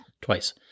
Twice